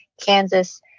kansas